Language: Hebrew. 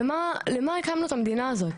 למה הקמנו את המדינה הזאת?